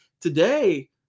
today